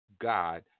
God